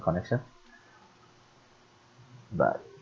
connection but